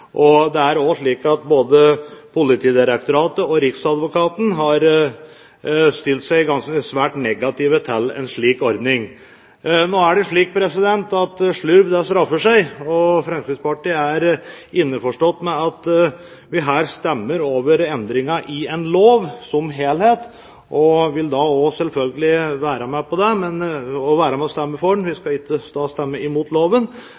og det er også slik at både Politidirektoratet og riksadvokaten har stilt seg svært negative til en slik ordning. Nå er det slik at slurv straffer seg. Fremskrittspartiet er innforstått med at vi her stemmer over endringer i en lov som helhet, og vi vil selvfølgelig også være med og stemme for den. Vi skal ikke stemme imot loven. Men vi